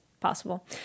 possible